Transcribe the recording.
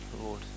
Lord